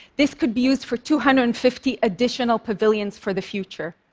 this could be used for two hundred and fifty additional pavilions for the future.